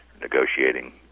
negotiating